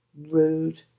rude